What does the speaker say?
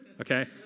Okay